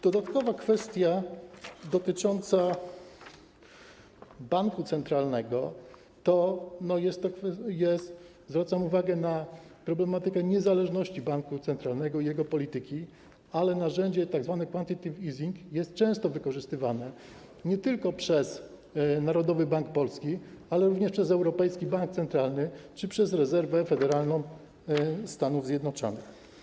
Dodatkowo kwestia dotycząca banku centralnego: zwracam uwagę na problematykę niezależności banku centralnego i jego polityki, ale narzędzie tzw. quantitative easing jest często wykorzystywane nie tylko przez Narodowy Bank Polski, ale również przez Europejski Bank Centralny czy przez rezerwę federalną Stanów Zjednoczonych.